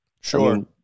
Sure